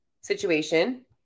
situation